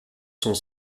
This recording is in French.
sont